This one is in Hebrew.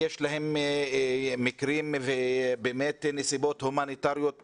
יש להם מקרים, באמת נסיבות הומניטריות אנושיות.